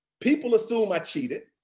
people assume i cheated.